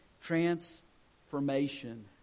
transformation